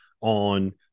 on